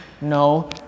No